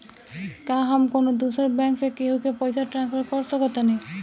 का हम कौनो दूसर बैंक से केहू के पैसा ट्रांसफर कर सकतानी?